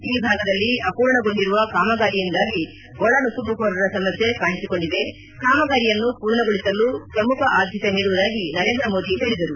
ಈ ಭಾಗದಲ್ಲಿ ಅಪೂರ್ಣಗೊಂಡಿರುವ ಕಾಮಗಾರಿಯಿಂದಾಗಿ ಒಳನುಸುಳುಕೋರರ ಸಮಸ್ಯೆ ಕಾಣಿಸಿಕೊಂಡಿದೆ ಕಾಮಗಾರಿಯನ್ನು ಪೂರ್ಣಗೊಳಿಸಲು ಶ್ರಧಾನ ಆದ್ಲತೆ ನೀಡುವುದಾಗಿ ನರೇಂದ್ರ ಮೋದಿ ಹೇಳಿದರು